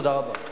תודה רבה.